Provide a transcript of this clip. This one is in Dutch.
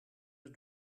het